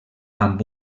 amb